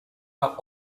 are